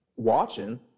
watching